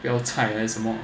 不要菜还是什么